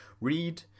read